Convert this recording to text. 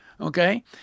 Okay